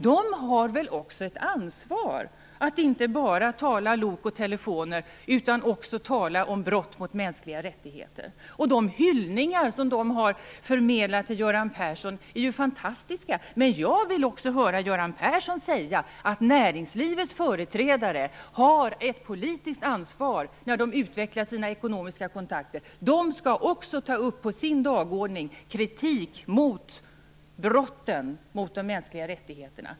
De har väl också ett ansvar för att inte bara tala lok och telefoner utan också tala om brott mot mänskligheter. De hyllningar som de har förmedlat till Göran Persson är fantastiska. Men jag vill också höra Göran Persson säga att näringslivets företrädare har ett politiskt ansvar när de utvecklar sina ekonomiska kontakter. De skall också på sin dagordning ta upp kritik mot brotten mot de mänskliga rättigheterna.